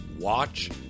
watch